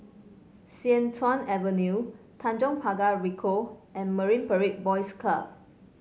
Sian Tuan Avenue Tanjong Pagar Ricoh and Marine Parade Boys Club